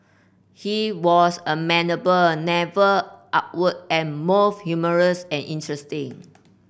he was amenable never awkward and both humorous and interesting